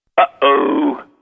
uh-oh